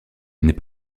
n’est